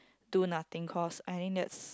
do nothing cause I think that's